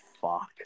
fuck